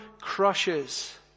crushes